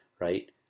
right